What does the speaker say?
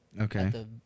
Okay